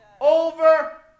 over